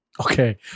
okay